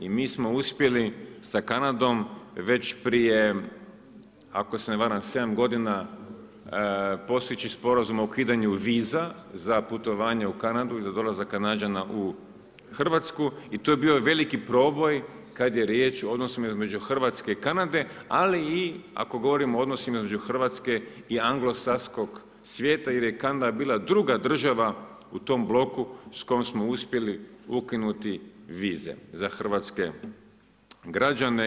I mi smo uspjeli sa Kanadom, već prije, ako se ne varam 7 g. postići sporazum o ukidanju viza za putovanje u Kanadu i za dolazak Kanađana u Hrvatsku i to je bio veliki proboj, kada je riječ, odnosno, između Hrvatske i Kanade, ali i ako govorimo o odnosima između Hrvatske i anglosaskog svijeta, jer je Kanada bila 2 država u tom bloku s kojom smo uspjeli ukinuti vize za hrvatske građane.